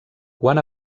quan